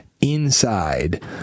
inside